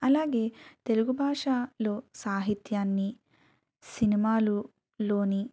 అలాగే తెలుగు భాషలో సాహిత్యాన్ని సినిమాలలోని